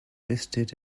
listed